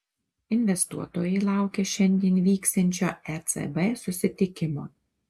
investuotojai laukia šiandien vyksiančio ecb susitikimo